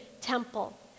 temple